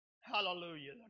Hallelujah